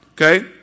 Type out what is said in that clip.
Okay